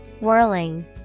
Whirling